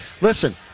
listen